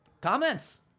Comments